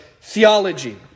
theology